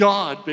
God